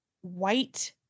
white